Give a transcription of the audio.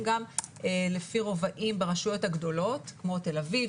לפי רובעים ברשויות הגדולות כמו תל אביב,